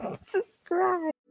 Subscribe